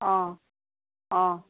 অঁ অঁ